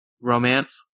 romance